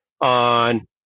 on